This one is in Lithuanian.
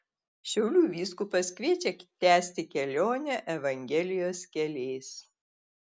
šiaulių vyskupas kviečia tęsti kelionę evangelijos keliais